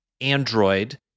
Android